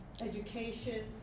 education